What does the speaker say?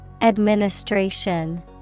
Administration